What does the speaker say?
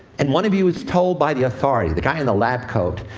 and one of you is told by the authority, the guy in the lab coat,